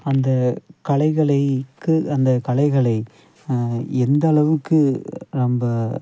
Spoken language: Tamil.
அந்த கலைகளைக்கு அந்த கலைகளை எந்தளவுக்கு ரொம்ப